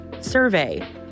survey